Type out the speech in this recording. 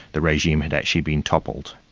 the regime had actually been toppled.